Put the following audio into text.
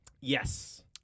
Yes